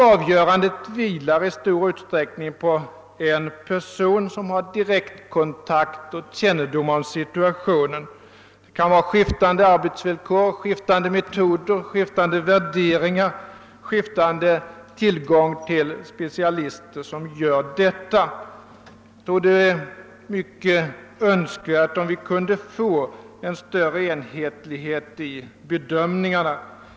Avgörandet vilar i stor utsträckning på en person som har direktkontakt med och kännedom om situationen. Det kan vara skiftande arbetsvillkor, skiftande metoder, skiftande värderingar eller skiftande tillgång till specialister som bestämmer resultatet. Det är mycket önskvärt att vi kan få en större enhetlighet i bedömningarna.